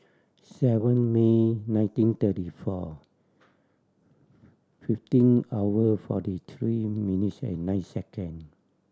seven May nineteen thirty four fifteen hour forty three minutes and nine second